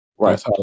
Right